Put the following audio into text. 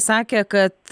sakė kad